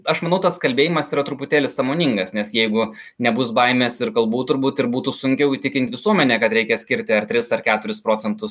aš manau tas kalbėjimas yra truputėlį sąmoningas nes jeigu nebus baimės ir galbūt turbūt ir būtų sunkiau įtikint visuomenę kad reikia skirti ar tris ar keturis procentus